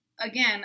again